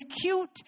cute